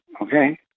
okay